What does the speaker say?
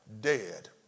dead